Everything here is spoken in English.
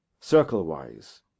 circle-wise